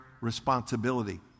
responsibility